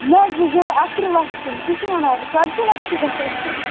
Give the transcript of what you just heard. مےٚ حظ بوٗز یِہٕے اَکہٕ ترٛہ لَچھ تہٕ تُہۍ کیٛاہ وَنان اورٕ ژتجی لَچھ چھِ گژھان اِتھ کَنہِ